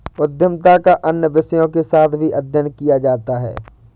उद्यमिता का अन्य विषयों के साथ भी अध्ययन किया जाता है